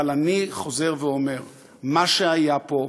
אבל אני חוזר ואומר: מה שהיה פה,